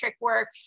work